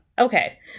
Okay